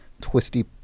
twisty